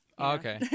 okay